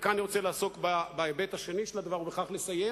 וכאן אני רוצה לעסוק בהיבט השני של הדבר ובכך לסיים,